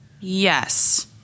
Yes